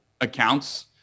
accounts